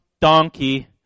donkey